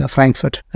Frankfurt